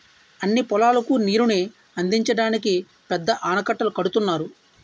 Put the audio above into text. అన్ని పొలాలకు నీరుని అందించడానికి పెద్ద ఆనకట్టలు కడుతున్నారు